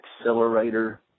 Accelerator